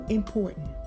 important